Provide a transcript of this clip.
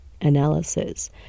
analysis